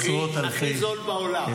הכי זול שבעולם.